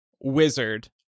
wizard